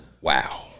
Wow